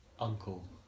Uncle